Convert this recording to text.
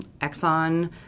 Exxon